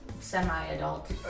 semi-adult